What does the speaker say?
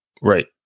right